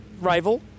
rival